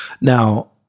Now